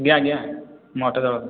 ଆଜ୍ଞା ଆଜ୍ଞା ମୁଁ ଅଟୋ ଡ୍ରାଇଭର୍